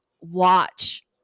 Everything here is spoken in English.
watch